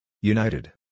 United